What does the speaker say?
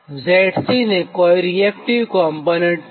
Zc ને કોઇ reactive component નથી